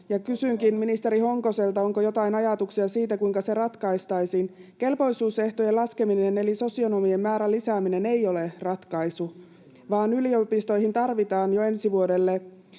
Kysynkin ministeri Honkoselta: onko joitain ajatuksia siitä, kuinka se ratkaistaisiin? Kelpoisuusehtojen laskeminen eli sosionomien määrän lisääminen ei ole ratkaisu, vaan yliopistoihin tarvitaan jo ensi vuodelle